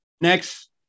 Next